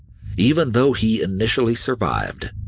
even though he initially survived,